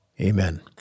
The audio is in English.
Amen